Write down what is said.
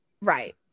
Right